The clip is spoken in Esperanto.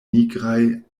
nigraj